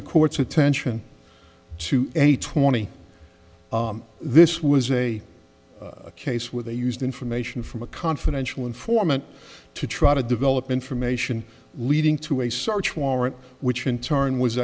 the court's attention to a twenty this was a case where they used information from a confidential informant to try to develop information leading to a search warrant which in turn was